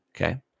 Okay